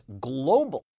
global